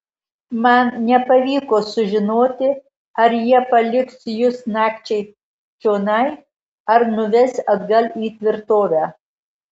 man nepavyko sužinoti ar jie paliks jus nakčiai čionai ar nuves atgal į tvirtovę